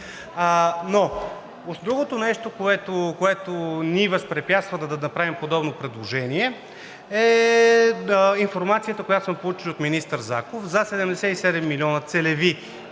реформа. Другото нещо, което ни възпрепятства да направим подобно предложение, е информацията, която сме получили от министър Заков за 77 милиона целеви